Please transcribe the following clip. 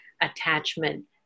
attachment